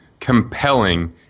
compelling